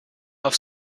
auf